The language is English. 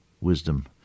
wisdom